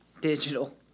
Digital